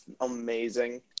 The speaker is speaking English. amazing